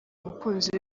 umukunzi